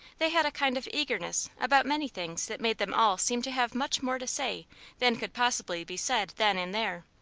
they had a kind of eagerness about many things that made them all seem to have much more to say than could possibly be said then and there.